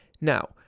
Now